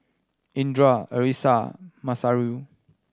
Indra Alyssa Masayu